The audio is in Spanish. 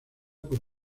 por